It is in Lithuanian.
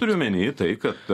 turiu omeny tai kad